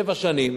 שבע שנים.